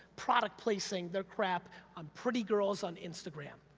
product placing their crap on pretty girls on instagram.